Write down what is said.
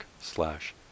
slash